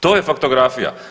To je faktografija.